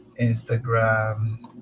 Instagram